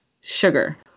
sugar